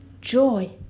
joy